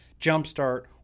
jumpstart